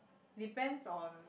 depends on